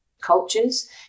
cultures